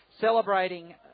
celebrating